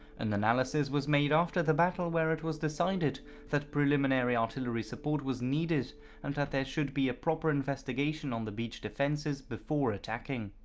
an analysis was made after the battle where it was decided that preliminary artillery support was needed and that there should be a proper investigation on the beach defences before attacking.